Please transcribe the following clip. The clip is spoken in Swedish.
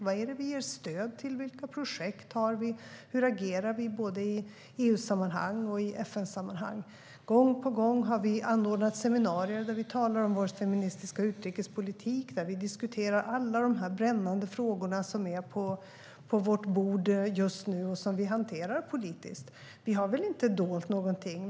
Vad är det vi ger stöd till? Vilka projekt har vi? Hur agerar vi både i EU-sammanhang och i FN-sammanhang? Gång på gång anordnar vi seminarier där vi talar om vår feministiska utrikespolitik och diskuterar alla de brännande frågor som är på vårt bord just nu och som vi hanterar politiskt. Vi har väl inte dolt någonting.